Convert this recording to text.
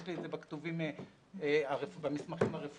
יש לי את זה במסמכים הרפואיים.